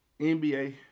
NBA